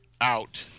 out